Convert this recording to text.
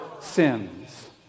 sins